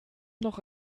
noch